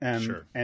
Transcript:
Sure